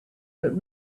but